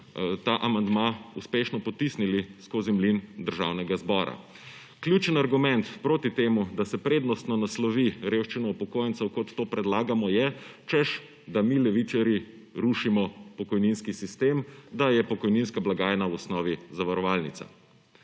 ta amandma uspešno potisnili skozi mlin Državnega zbora. Ključni argument proti temu, da se prednostno naslovi revščino upokojencev, kot to predlagamo, je, češ da mi levičarji rušimo pokojninski sistem, da je pokojninska blagajna v osnovi zavarovalnica.